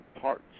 parts